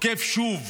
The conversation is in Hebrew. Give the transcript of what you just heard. תוקף שוב